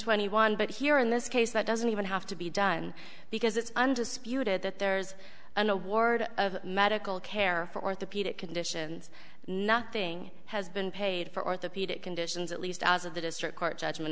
twenty one but here in this case that doesn't even have to be done because it's undisputed that there's an award of medical care for orthopedic conditions nothing has been paid for orthopedic conditions at least as of the district court judgment